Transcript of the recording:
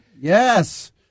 Yes